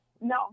no